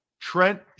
Trent